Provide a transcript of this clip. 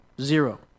Zero